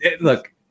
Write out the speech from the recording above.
Look